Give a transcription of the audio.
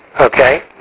Okay